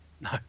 No